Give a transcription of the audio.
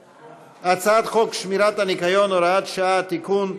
הצעת חוק שמירת הניקיון (הוראת שעה) (תיקון),